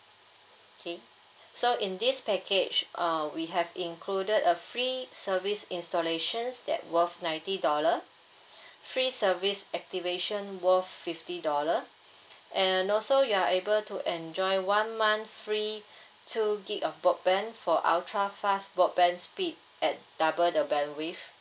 okay so in this package uh we have included a free service installations that worth ninety dollar free service activation worth fifty dollar and also you are able to enjoy one month free two gig of broadband for ultra-fast broadband speed at double the bandwidth